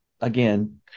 again